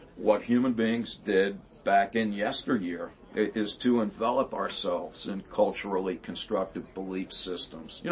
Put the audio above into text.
what human beings did back in yesteryear is to envelop ourselves in culturally constructive belief systems. you